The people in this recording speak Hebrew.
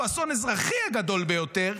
שהוא האסון האזרחי הגדול ביותר,